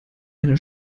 eine